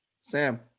Sam